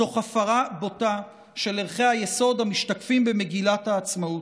תוך הפרה בוטה של ערכי היסוד המשתקפים במגילת העצמאות.